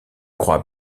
crois